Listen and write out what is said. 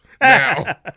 Now